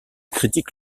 critique